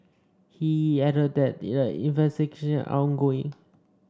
he added that investigation are ongoing